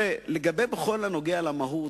בכל הקשור למהות,